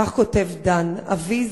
כך כותב דן: אבי,